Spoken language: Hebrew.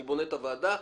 אני בונה את הוועדה.